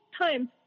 time